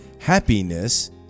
happiness